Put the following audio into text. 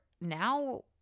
now